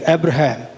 Abraham